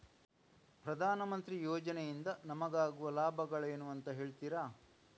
ಪ್ರಧಾನಮಂತ್ರಿ ಯೋಜನೆ ಇಂದ ನಮಗಾಗುವ ಲಾಭಗಳೇನು ಅಂತ ಹೇಳ್ತೀರಾ?